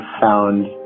found